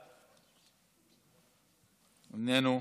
איננו,